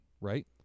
right